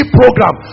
program